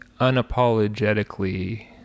unapologetically